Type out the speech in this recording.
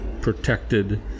protected